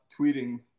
tweeting